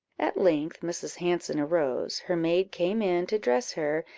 at length mrs. hanson arose her maid came in to dress her,